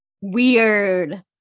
weird